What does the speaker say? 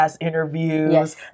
interviews